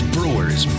Brewers